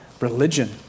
religion